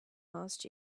last